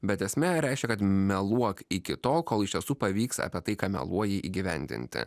bet esme reiškia kad meluok iki tol kol iš tiesų pavyks apie tai ką meluoji įgyvendinti